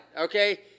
Okay